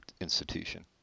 institution